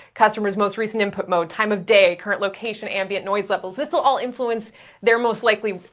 customer's most recent input mode, time of day, current location, ambient noise levels, this will all influence their most likely